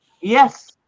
Yes